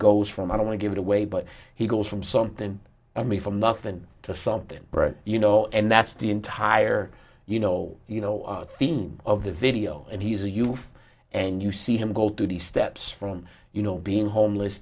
goes from i want to give it away but he goes from something i mean from nothing to something you know and that's the entire you know you know theme of the video and he's a yoof and you see him go through the steps from you know being homeless